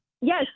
Yes